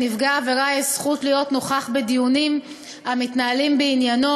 לנפגע עבירה יש זכות להיות נוכח בדיונים המתנהלים בעניינו,